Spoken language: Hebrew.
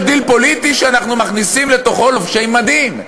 יש דיל פוליטי שאנחנו מכניסים לתוכו לובשי מדים.